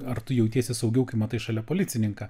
ar tu jautiesi saugiau kai matai šalia policininką